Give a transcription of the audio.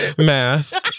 Math